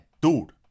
Dude